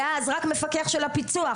ואז רק מפקח של הפיצו"ח,